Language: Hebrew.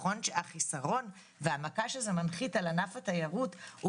החיסרון והמכה שזה מנחית על ענף התיירות הוא